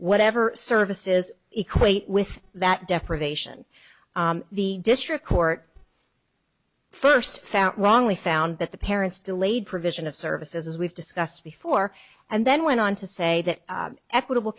whatever services equate with that deprivation the district court first found wrongly found that the parents delayed provision of services as we've discussed before and then went on to say that equitable